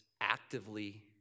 actively